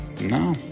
No